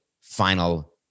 final